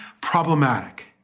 problematic